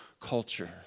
culture